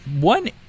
one